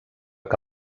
que